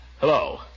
Hello